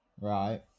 Right